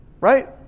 Right